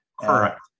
Correct